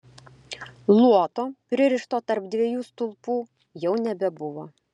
luoto pririšto tarp dviejų stulpų jau nebebuvo